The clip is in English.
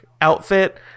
outfit